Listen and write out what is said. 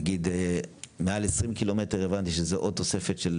נגיד מעל 20 קילומטר הבנתי שזה עוד תוספת של,